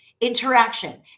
interaction